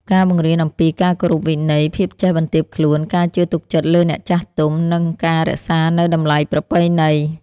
ការបង្រៀនអំពីការគោរពវិន័យ ភាពចេះបន្ទាបខ្លួន ការជឿទុកចិត្តលើអ្នកចាស់ទុំ និងការរក្សានូវតម្លៃប្រពៃណី។